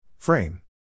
Frame